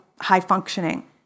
high-functioning